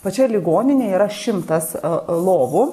pačioj ligoninėj yra šimtas lovų